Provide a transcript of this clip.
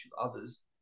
others